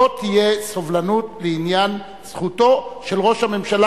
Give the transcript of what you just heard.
לא תהיה סובלנות בעניין זכותו של ראש הממשלה,